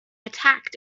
attacked